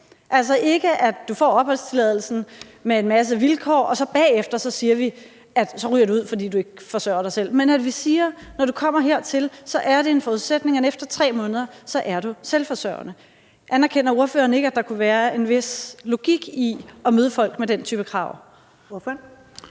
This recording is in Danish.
altså ikke give opholdstilladelsen med en masse vilkår og så bagefter sige, at man ryger ud, fordi man ikke forsørger sig selv. Men lad os sige: Når du kommer hertil, er det en forudsætning, at du efter 3 måneder er selvforsørgende. Anerkender ordføreren ikke, at der kunne være en vis logik i at møde folk med den type krav?